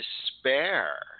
despair